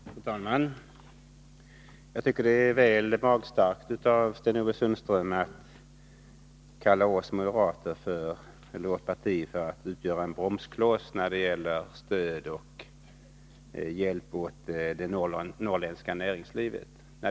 Fru talman! Jag tycker att det är väl magstarkt av Sten-Ove Sundström att säga att vårt parti utgör en bromskloss när det gäller stöd och hjälp åt det norrländska näringslivet.